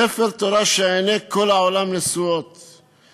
ספר תורה שעיני כל העולם נשואות לו,